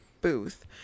booth